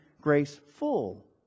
graceful